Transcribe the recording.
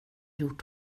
gjort